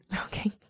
Okay